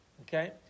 Okay